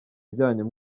ryanyu